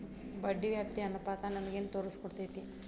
ಬಡ್ಡಿ ವ್ಯಾಪ್ತಿ ಅನುಪಾತ ನಮಗೇನ್ ತೊರಸ್ಕೊಡ್ತೇತಿ?